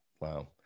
Wow